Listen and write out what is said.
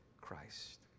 Christ